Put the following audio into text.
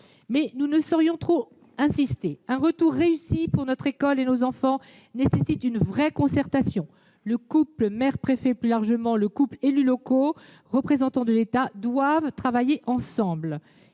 nous ne saurions trop insister : une reprise réussie pour notre école et nos enfants nécessite une vraie concertation. Le couple maire-préfet, plus largement les élus locaux et les représentants de l'État doivent travailler ensemble.